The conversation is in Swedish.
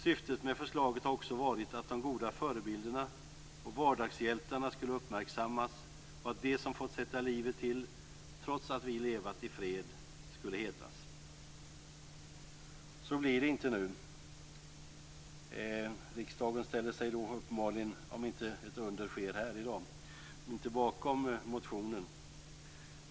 Syftet med förslaget har också varit att de goda förebilderna och vardagshjältarna skulle uppmärksammas och att de som fått sätta livet till - trots att vi levat i fred - skulle hedras." Så blir det inte nu. Riksdagen ställer sig uppenbarligen - om inte ett under sker här i dag - inte bakom motionen.